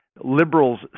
liberals